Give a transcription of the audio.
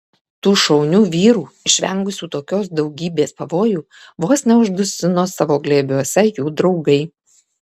tų šaunių vyrų išvengusių tokios daugybės pavojų vos neuždusino savo glėbiuose jų draugai